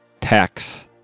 Tax